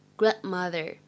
grandmother